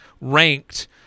ranked